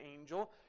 angel